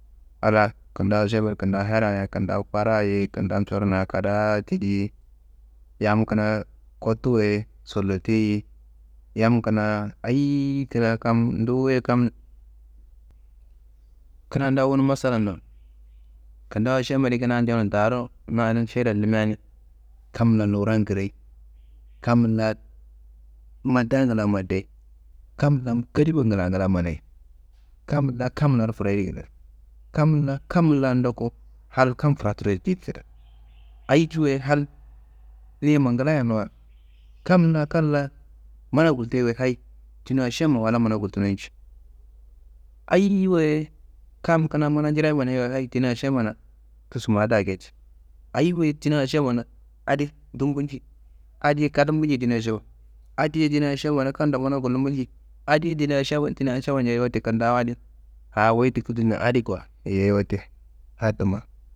Allah Kintawu ašembea kintawu herra ye, kintawu bara ye, kintawu coron a kadaa didiye, yam kina kottu woyi sollotei ye, yam kina ayiyi kina kam nduye kam, kina nda wunu masallando, kintawu ašembe adi kina jenum taro, na adin šera limia, kam la Luwuran ngirayi, kam la maddaa ngla maddayi, kam la kalima ngla ngla manei, kam la kam laro furayiri, kam la kam la ndoku, hal kam furatururo jedi kada. Ayidi wayi hal niyima nglaye nuwa, kam la kal la mana gultei wayi hayi dina ašemman walla mana gultunoi njei. Ayi wayi kam kina mana njirayi maneiya hayi dina ašemmana, dusu ma dake nji, ayiyi wayi dina ašemman adi dumbu nji, adiyi ngadumbu nji dina ašemman, adiyi dina ašemma wala kan do mana gullumbu nji. Adiyi dina ašemma dina ašemma nja, wote kintawu adi, a wuyi nduku duniya adi kuwa, yeyi wote adi tumma.